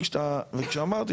וכשאמרתי,